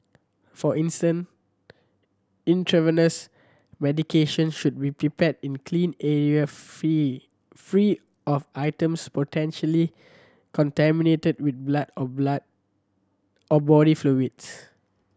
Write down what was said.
for instance intravenous medications should be prepared in clean area free free of items potentially contaminated with blood or blood or body fluids